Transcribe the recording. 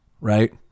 right